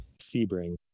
Sebring